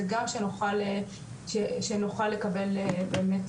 זה גם שנוכל לקבל באמת,